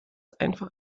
einfach